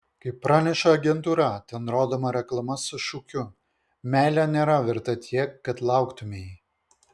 kaip praneša agentūra ten rodoma reklama su šūkiu meilė nėra verta tiek kad lauktumei